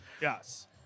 Yes